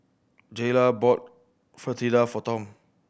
Jaylah bought Fritada for Tom